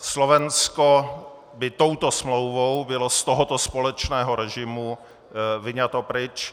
Slovensko by touto smlouvou bylo z tohoto společného režimu vyňato pryč.